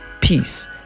peace